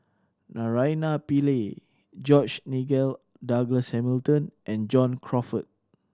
Naraina Pillai George Nigel Douglas Hamilton and John Crawfurd